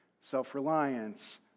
self-reliance